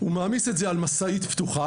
הוא מעמיס את הספרים על משאית פתוחה,